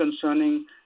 concerning